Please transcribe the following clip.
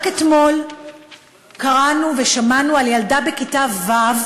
רק אתמול קראנו ושמענו על ילדה בכיתה ו'